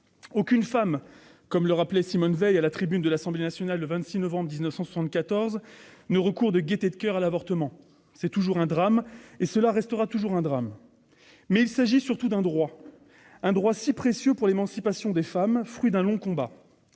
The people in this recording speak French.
Aucune femme », comme le rappelait Simone Veil à la tribune de l'Assemblée nationale le 26 novembre 1974, « ne recourt de gaieté de coeur à l'avortement. C'est toujours un drame et cela restera toujours un drame. » Toutefois, il s'agit surtout d'un droit : un droit précieux pour l'émancipation des femmes, fruit d'un long combat,